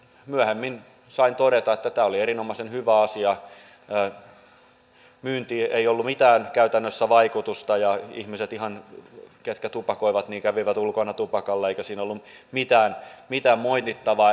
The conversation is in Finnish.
myöhemmin sain todeta että tämä oli erinomaisen hyvä asia myyntiin ei ollut käytännössä mitään vaikutusta ja ihmiset jotka tupakoivat kävivät ulkona tupakalla eikä siinä ollut mitään moitittavaa